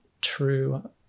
true